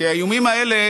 כי האיומים האלה,